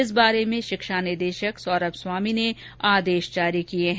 इस बारे में शिक्षा निदेशक सौरभ स्वामी ने आदेश जारी किये हैं